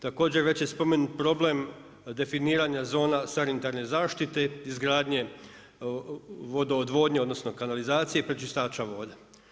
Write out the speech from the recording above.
Također, već je spomenut problem definiranja zona sanitarne zaštite, izgradnje vodoodvodnje odnosno kanalizacije, pročistača vode.